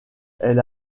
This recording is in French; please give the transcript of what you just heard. elle